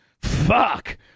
fuck